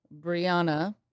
Brianna